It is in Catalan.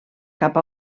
cap